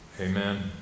Amen